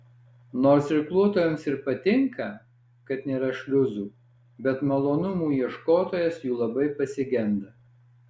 nors irkluotojams ir patinka kad nėra šliuzų bet malonumų ieškotojas jų labai pasigenda